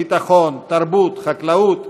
ביטחון, תרבות וחקלאות,